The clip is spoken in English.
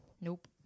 Nope